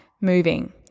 moving